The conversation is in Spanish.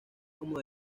como